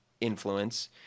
influence